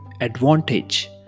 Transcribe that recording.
advantage